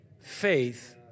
faith